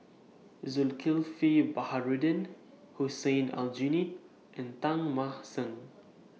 Zulkifli Baharudin Hussein Aljunied and Teng Mah Seng